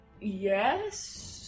yes